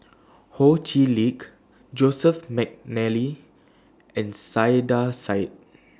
Ho Chee Lick Joseph Mcnally and Saiedah Said